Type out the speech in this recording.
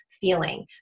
feeling